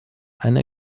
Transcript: eine